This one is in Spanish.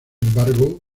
embargo